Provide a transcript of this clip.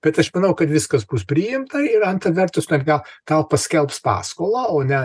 bet aš manau kad viskas bus priimta ir antra vertus net gal gal paskelbs paskolą o ne